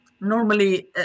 normally